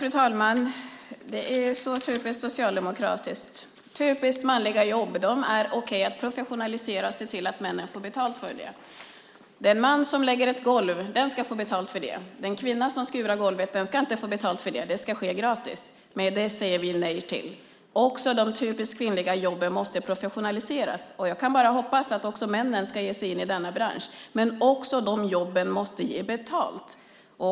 Fru talman! Det är så typiskt socialdemokratiskt att typiskt manliga jobb är det okej att professionalisera och se till att männen få betalt för. Den man som lägger ett golv ska få betalt. Den kvinna som skurar golvet ska inte få betalt, det ska ske gratis. Men det säger vi nej till. Också de typiskt kvinnliga jobben måste professionaliseras. Jag kan bara hoppas att också männen ska ge sig in i denna bransch. Men också de jobben måste ge betalt.